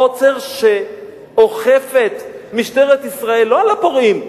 עוצר שאוכפת משטרת ישראל לא על הפורעים,